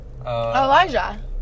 Elijah